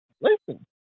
Listen